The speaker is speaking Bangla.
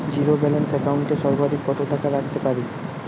জীরো ব্যালান্স একাউন্ট এ সর্বাধিক কত টাকা রাখতে পারি?